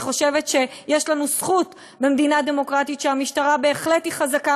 אני חושבת שיש לנו זכות במדינה דמוקרטית שהמשטרה בהחלט חזקה